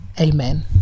amen